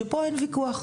שפה אין ויכוח,